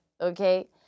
okay